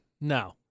no